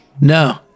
no